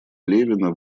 левина